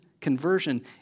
conversion